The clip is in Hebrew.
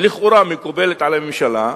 לכאורה מקובלת על הממשלה,